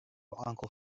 uncle